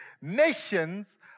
Nations